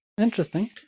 interesting